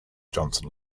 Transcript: johnson